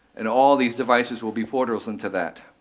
and all these devices will be portals into that.